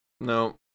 no